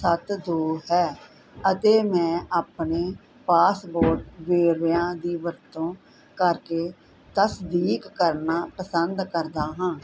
ਸੱਤ ਦੋ ਹੈ ਅਤੇ ਮੈਂ ਆਪਣੇ ਪਾਸਪੋਰਟ ਵੇਰਵਿਆਂ ਦੀ ਵਰਤੋਂ ਕਰਕੇ ਤਸਦੀਕ ਕਰਨਾ ਪਸੰਦ ਕਰਦਾ ਹਾਂ